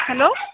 hello